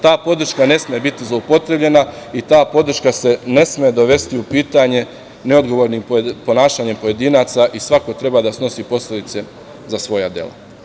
Ta podrška ne sme biti zloupotrebljena i ta podrška ne sme dovesti u pitanje neodgovornim ponašanjem pojedinaca i svako treba da snosi posledice za svoja dela.